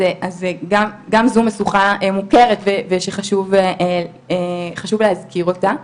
אז גם זו משוכה מוכרת ושחשוב להזכיר אותה.